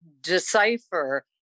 decipher